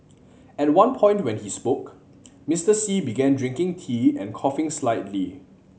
at one point when he spoke Mister Xi began drinking tea and coughing slightly